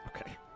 Okay